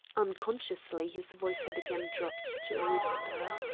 unconsciously his voice had again dropped to a whisper.